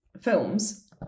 films